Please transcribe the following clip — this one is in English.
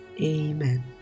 Amen